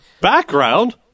Background